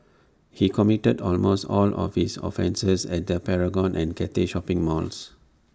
he committed almost all of his offences at the Paragon and Cathay shopping malls